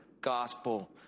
gospel